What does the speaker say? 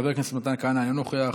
חבר הכנסת מתן כהנא, אינו נוכח,